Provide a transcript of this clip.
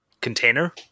container